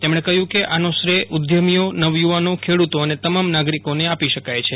તેમણે કહ્યું કે આનો શ્રેય ઉદ્યમીઓ નવયુવાનો ખેડૂતો અને તમામ નાગરિકોને આપી શકાય છે